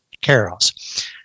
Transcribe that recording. carols